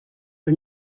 for